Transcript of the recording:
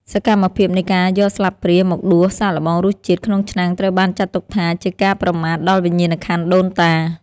សកម្មភាពនៃការយកស្លាបព្រាមកដួសសាកល្បងរសជាតិក្នុងឆ្នាំងត្រូវបានចាត់ទុកថា ជាការប្រមាថដល់វិញ្ញាណក្ខន្ធដូនតា។